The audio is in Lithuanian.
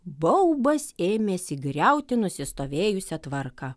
baubas ėmėsi griauti nusistovėjusią tvarką